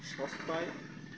সস্তায়